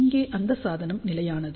இங்கே அந்த சாதனம் நிலையானது